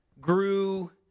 grew